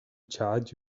charge